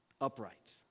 upright